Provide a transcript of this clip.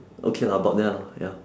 okay lah about there lah ya